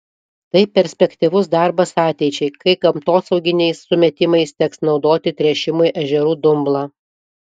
tai perspektyvus darbas ateičiai kai gamtosauginiais sumetimais teks naudoti tręšimui ežerų dumblą